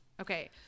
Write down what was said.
Okay